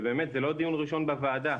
ובאמת זה לא דיון ראשון בוועדה,